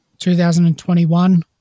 2021